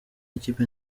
ikipe